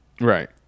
Right